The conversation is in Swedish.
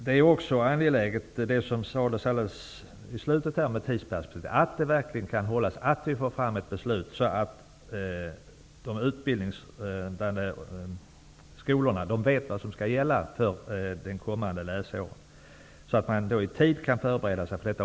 Det som jordbruksministern i slutet av sitt senaste anförande sade om tidsperspektivet är också angeläget. Jag hoppas att den tidsplanen verkligen kan hållas och att vi får fram ett beslut, så att skolorna vet vad som skall gälla för det kommande läsåret och i tid kan förbereda sig för detta.